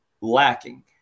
lacking